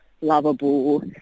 lovable